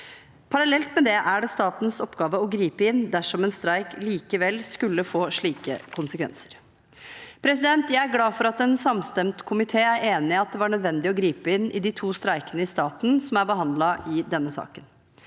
Parallelt med det er det statens oppgave å gripe inn dersom en streik likevel skulle få slike konsekvenser. Jeg er glad for at en samstemt komité er enig i at det var nødvendig å gripe inn i de to streikene i staten som er behandlet i denne saken.